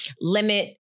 limit